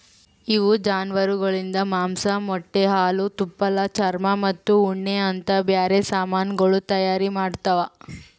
ಇವು ಜಾನುವಾರುಗೊಳಿಂದ್ ಮಾಂಸ, ಮೊಟ್ಟೆ, ಹಾಲು, ತುಪ್ಪಳ, ಚರ್ಮ ಮತ್ತ ಉಣ್ಣೆ ಅಂತ್ ಬ್ಯಾರೆ ಸಮಾನಗೊಳ್ ತೈಯಾರ್ ಮಾಡ್ತಾವ್